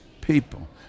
people